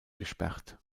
gesperrt